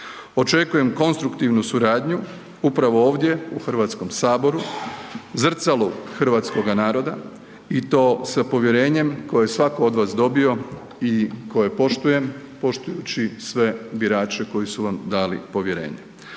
Očekujem konstruktivnu suradnju, upravo ovdje u HS-u, zrcalu hrvatskoga naroda i to sa povjerenjem koje je svatko od vas dobio i koje poštujem poštujući sve birače koji su vam dali povjerenje.